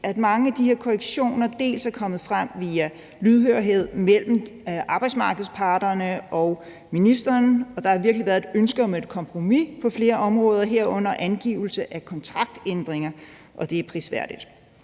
af de her korrektioner er kommet frem via en lydhørhed mellem arbejdsmarkedets parter og ministeren. Der har virkelig været et ønske om at nå et kompromis på flere områder, herunder angivelse af kontraktændringer, og det er prisværdigt.